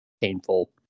painful